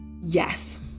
Yes